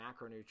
macronutrients